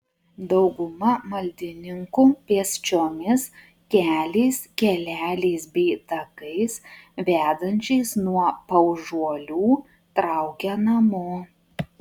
dauguma maldininkų pėsčiomis keliais keleliais bei takais vedančiais nuo paužuolių traukia namo